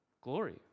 Glory